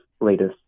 latest